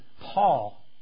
Paul